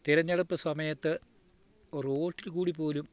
തിരഞ്ഞെടുപ്പ് സമയത്ത് റോട്ടിൽ കൂടിപ്പോലും